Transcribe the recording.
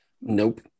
Nope